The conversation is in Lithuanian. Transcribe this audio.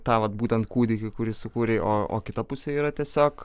tą vat būtent kūdikį kurį sukūrei o o kita pusė yra tiesiog